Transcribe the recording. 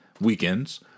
weekends